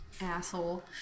asshole